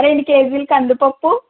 రెండు కేజీల కందిపప్పు